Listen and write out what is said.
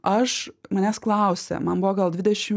aš manęs klausė man buvo gal dvidešim